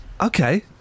Okay